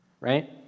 Right